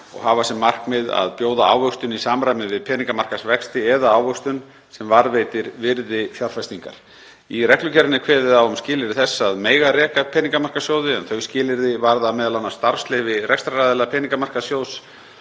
og hafa sem markmið að bjóða ávöxtun í samræmi við peningamarkaðsvexti eða ávöxtun sem varðveitir virði fjárfestingar. Í reglugerðinni er kveðið á um skilyrði þess að mega reka peningamarkaðssjóði, en þau skilyrði varða m.a. starfsleyfi rekstraraðila peningamarkaðssjóðs,